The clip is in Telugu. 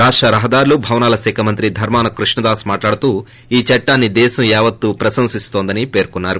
రాష్ల రహదారులు భవనాల శాఖ మంత్రి దర్కాన కృష్ణ దాస్ మాట్లాడుతూ ఈ చట్టాన్ని దేశం యావత్తూ ప్రశంసిస్తోందని పేర్కొన్నారు